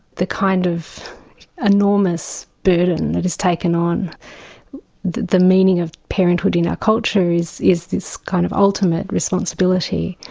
the kind of enormous burden that is taken on the meaning of parenthood in our culture is is this kind of ultimate responsibility.